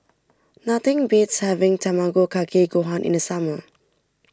nothing beats having Tamago Kake Gohan in the summer